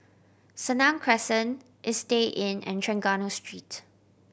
Senang Crescent Istay Inn and Trengganu Street